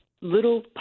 Little